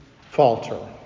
falter